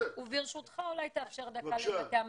וברשותך, אולי תאפשר דקה למטה המאבק.